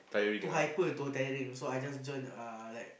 too hyper too tiring so I just join uh like